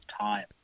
time